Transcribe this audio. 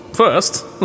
First